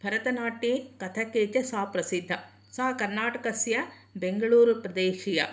भरतनाट्ये कथक् एते सा प्रसिद्धा सा कर्नाटकस्य बेंगलूरुदेशीया